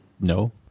No